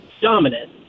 dominant